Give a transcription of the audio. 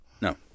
no